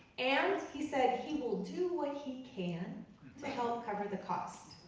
and he said he will do what he can to help cover the cost.